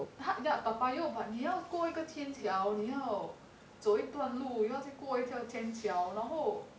ya toa payoh but 你要过一个天桥你要走一段路又要在过一个天桥然后